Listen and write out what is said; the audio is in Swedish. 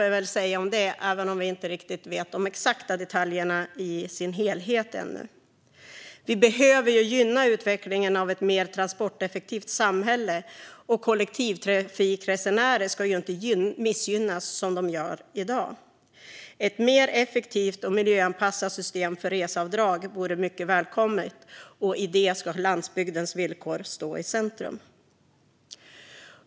Vi får väl säga "äntligen" även om vi inte vet de exakta detaljerna i sin helhet ännu. Vi behöver gynna utvecklingen av ett mer transporteffektivt samhälle, och kollektivtrafikresenärer ska inte missgynnas som i dag. Ett mer effektivt och miljöanpassat system för reseavdrag vore mycket välkommet, och i det ska landsbygdens villkor stå i centrum.